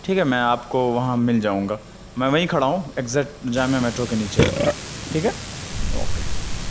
ٹھیک ہے میں آپ کو وہاں مل جاؤں گا میں وہیں کھڑا ایگزیکٹ جامعہ میٹرو کے نیچے ٹھیک ہے اوکے